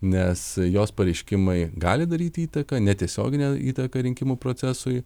nes jos pareiškimai gali daryti įtaką netiesioginę įtaką rinkimų procesui